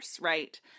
Right